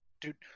Dude